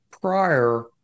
prior